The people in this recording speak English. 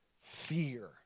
fear